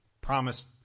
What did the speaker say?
promised